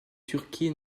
turquie